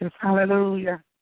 hallelujah